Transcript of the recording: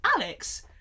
Alex